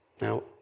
Now